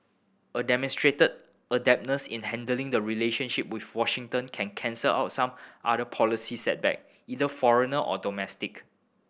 a demonstrated adeptness in handling the relationship with Washington can cancel out some other policy setback either foreigner or domestic